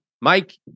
Mike